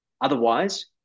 Otherwise